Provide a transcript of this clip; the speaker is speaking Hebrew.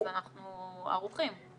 אז אנחנו ערוכים.